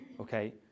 okay